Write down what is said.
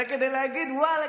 אלא כדי להגיד: ואללה,